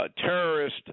terrorist